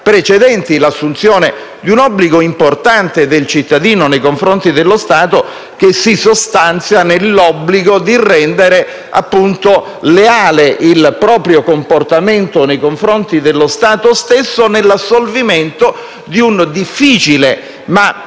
l'assunzione di un obbligo importante da parte del cittadino nei confronti dello Stato, che si sostanzia nell'obbligo di rendere leale il proprio comportamento nei confronti dello Stato stesso e nell'assolvimento di un difficile ma